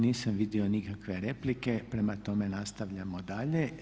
Nisam vidio nikakve replike, prema tome nastavljamo dalje.